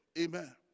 Amen